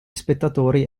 spettatori